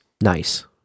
Nice